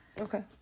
Okay